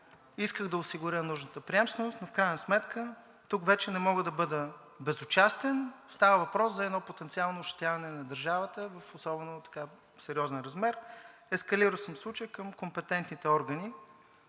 исках да осигуря нужната приемственост, но в крайна сметка тук вече не мога да бъда безучастен – става въпрос за едно потенциално ощетяване на държавата в особено сериозен размер. Ескалирал съм случая към компетентните органи